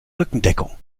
rückendeckung